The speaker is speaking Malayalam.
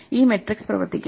ഈ മെട്രിക്സ് പ്രവർത്തിക്കും